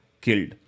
killed